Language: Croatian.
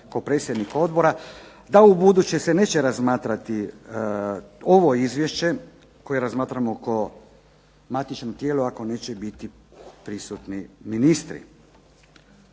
kao predsjednik odbora, da ubuduće se neće razmatrati ovo Izvješće koje razmatramo kao matično tijelo ako neće biti prisutni ministri.